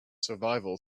survival